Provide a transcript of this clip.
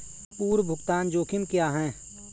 पूर्व भुगतान जोखिम क्या हैं?